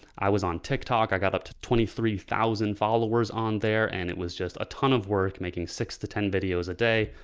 i was on tik tok. i got up to twenty three thousand followers on there and it was just a ton of work making six to ten videos a day.